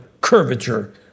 curvature